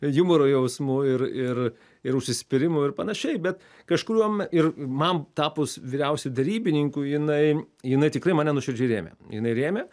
jumoro jausmu ir ir ir užsispyrimu ir panašiai bet kažkuriuom ir man tapus vyriausiuoju derybininku jinai jinai tikrai mane nuoširdžiai rėmė jinai rėmė